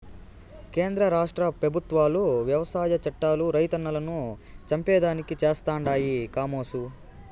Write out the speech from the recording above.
కేంద్ర రాష్ట్ర పెబుత్వాలు వ్యవసాయ చట్టాలు రైతన్నలను చంపేదానికి చేస్తండాయి కామోసు